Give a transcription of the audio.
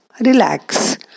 relax